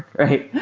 right?